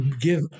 give